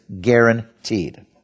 guaranteed